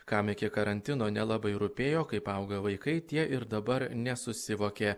kam iki karantino nelabai rūpėjo kaip auga vaikai tie ir dabar nesusivokė